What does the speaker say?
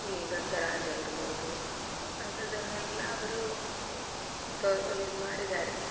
ಈ ಭೃಂಗರಾಜ ಇರ್ಬೋದು ಅಂಥದ್ದನೆಲ್ಲ ಅವರು ತೊ ಇದು ಮಾಡಿದ್ದಾರೆ